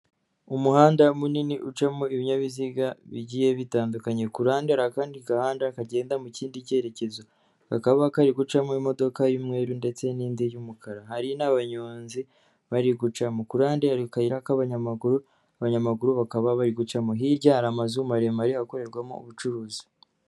Umuhanda munini ucamo ibinyabiziga bigiye bitandukanye. Kuruhande hari akandi gahanda kagenda mu kindi cyerekezo, kakaba kari gucamo imodoka y'umweru ndetse n'indi y'umukara, hari n'abanyonzi bari guca mo. Kuruhande hari akayira k'abanyamaguru, abanyamaguru bakaba bari gucamo, hirya hari amazu maremare akorerwamo ubucuruzi.